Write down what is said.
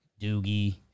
Doogie